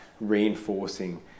reinforcing